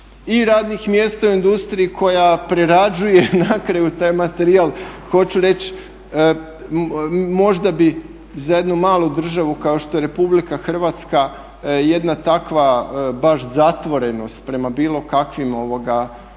i radnih mjesta u industriji koja prerađuje na kraju taj materijal. Hoću reći, možda bi za jednu malu državu kao što je RH jedna takva baš zatvorenost prema bilo kakvim